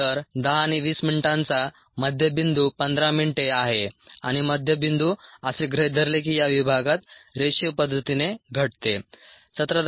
तर 10 आणि 20 मिनिटांचा मध्य बिंदू 15 मिनिटे आहे आणि मध्य बिंदू असे गृहीत धरले की या विभागात रेषीय पद्धतीने घटते 17